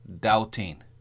doubting